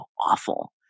awful